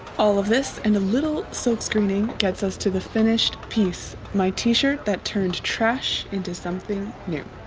all of this and a little silk-screening gets us to the finished piece my t-shirt that turned trash into something new